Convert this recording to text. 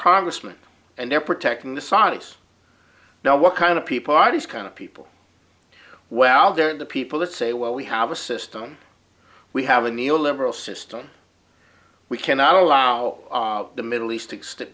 congressman and they're protecting the saudis now what kind of people are these kind of people well they're the people that say well we have a system we have a neoliberal system we cannot allow the middle east extent